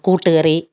കൂട്ടുകറി